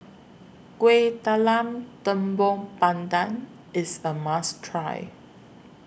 Kuih Talam Tepong Pandan IS A must Try